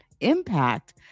impact